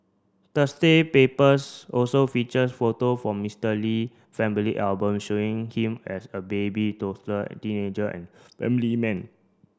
Thursday papers also featured photo from Mister Lee family album showing him as a baby toddler a teenager and family man